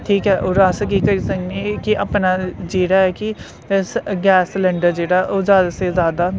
ठीक ऐ और अस केह् करी सकने एह् कि अपना जेह्ड़ा ऐ कि अस गैस सिलेंडर जेह्ड़ा ओह् ज्यादा से ज्यादा